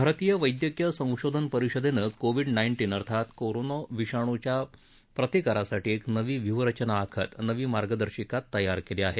भारतीय वैदयकीय संशोधन परिषदेनं कोविड नाईन्टीन अर्थात कोरोना विषाणूच्या प्रतिकारासाठी एक नवी व्युहरचना आखत नवी मार्गदर्शिका तयार केली आहे